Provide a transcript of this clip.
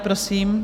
Prosím.